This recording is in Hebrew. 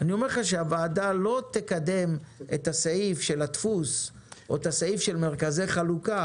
הוועדה לא תקדם את הסעיף של הדפוס או של מרכזי החלוקה